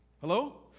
Hello